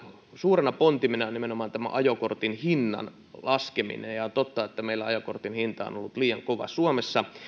suurena pontimena on nimenomaan tämä ajokortin hinnan laskeminen on totta että meillä suomessa ajokortin hinta on on ollut liian kova